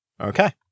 Okay